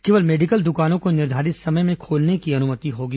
केवल मेडिकल दुकानों को निर्धारित समय में खोलने की अनुमति होगी